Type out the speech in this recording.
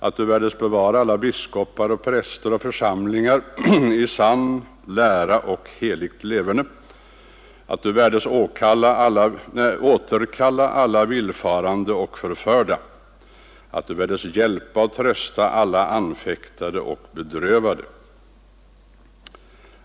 att du värdes bevara alla biskopar, präster och församlingar i sann lära och heligt leverne, att du värdes hjälpa och trösta alla anfäktade och bedrövade.